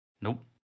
Nope